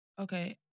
Okay